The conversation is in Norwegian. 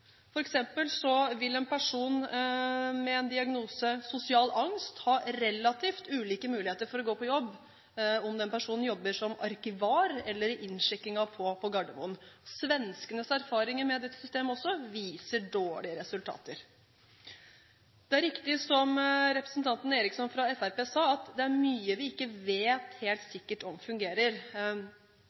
med diagnosen sosial angst vil f.eks. ha relativt ulike muligheter for å gå på jobb – om personen jobber som arkivar eller i innsjekkingen på Gardermoen. Svenskenes erfaringer med dette systemet viser også dårlige resultater. Det er riktig, som representanten Eriksson fra Fremskrittspartiet sa, at det er mye vi ikke vet helt sikkert om fungerer. Vi må snu på det og se på det vi allerede vet fungerer,